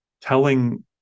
telling